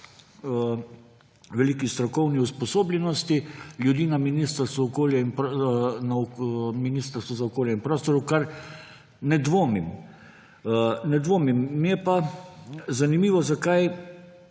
veliki strokovni usposobljenosti ljudi na Ministrstvu za okolje in prostor, v kar ne dvomim, ne dvomim. Mi je pa zanimivo, zakaj